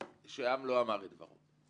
שהעם לא אמר את דברו.